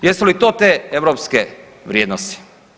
Jesu li to te europske vrijednosti?